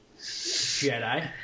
Jedi